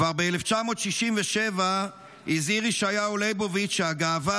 כבר ב-1967 הזהיר ישעיהו ליבוביץ' שהגאווה